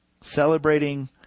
Celebrating